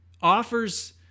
offers